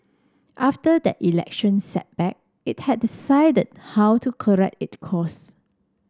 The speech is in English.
after that election setback it had to decided how to correct it course